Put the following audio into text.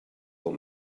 pel